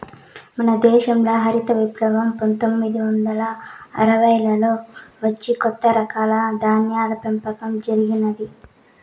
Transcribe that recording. మన దేశంల హరిత విప్లవం పందొమ్మిది వందల అరవైలలో వచ్చి కొత్త రకాల ధాన్యాల పెంపకం జరిగినాది